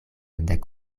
nek